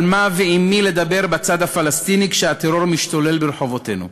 מה ועם מי לדבר בצד הפלסטיני כשהטרור משתולל ברחובותינו,